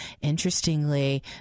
Interestingly